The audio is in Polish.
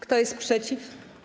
Kto jest przeciw?